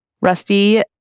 Rusty